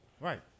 right